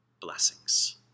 blessings